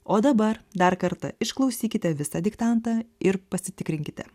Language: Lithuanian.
o dabar dar kartą išklausykite visą diktantą ir pasitikrinkite